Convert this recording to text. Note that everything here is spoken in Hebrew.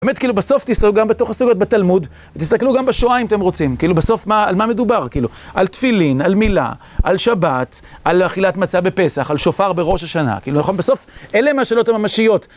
באמת כאילו בסוף תסתכלו גם בתוך הסוגיות בתלמוד, תסתכלו גם בשואה אם אתם רוצים, כאילו בסוף מה... על מה מדובר, כאילו? על תפילין, על מילה, על שבת, על אכילת מצה בפסח, על שופר בראש השנה, כאילו, נכון? בסוף אלה הן השאלות הממשיות.